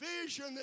vision